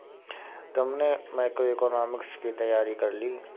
तुमने मैक्रोइकॉनॉमिक्स की तैयारी कर ली?